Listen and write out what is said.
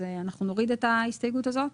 אז אנחנו נוריד את ההסתייגות הזאת?